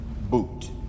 boot